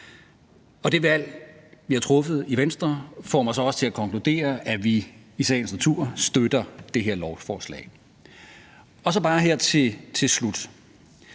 Det valg, vi har truffet i Venstre, får mig så også til at konkludere, at vi i sagens natur støtter det her lovforslag. Så bare her til slut: